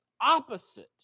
opposite